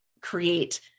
create